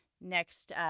next